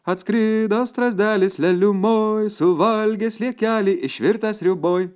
atskrido strazdelis leliumoj suvalgė sliekekį išvirtą sriuboj